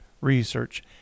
research